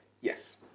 Yes